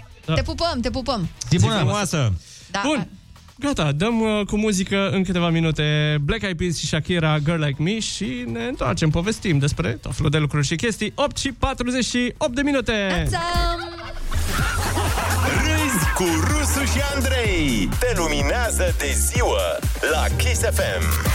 Da. Te pupăm, te pupăm. Zi Zi frumoasă. frumoasă. Da. Bun, gata, dăm, uh, cu muzică în câteva minute Black Eyed Peas și Shakira, Girl Like Me și ne întoarcem, povestim despre tot felul de lucruri și chestii. 8 și 48 de minute. Ta-ta! Râzi cu Rusu și Andrei. Te luminează de ziua la Kiss FM.